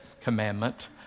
commandment